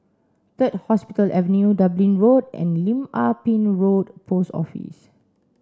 Third Hospital Avenue Dublin Road and Lim Ah Pin Road Post Office